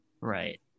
right